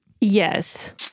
yes